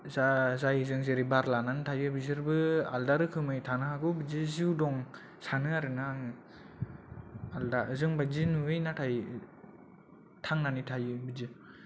जा जायजों जेरै बार लानानै थायो बिसोरबो आलदा रोखोमै थानो हागौ बिदि जिउ दं सानो आरो ना आं आलदा जों बादि नुयै नाथाय थांनानै थायो बिदि